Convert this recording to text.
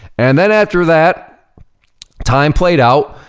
and then, after that time played out,